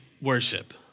worship